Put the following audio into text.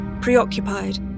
preoccupied